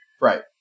Right